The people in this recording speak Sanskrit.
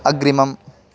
अग्रिमम्